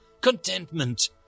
Contentment